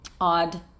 odd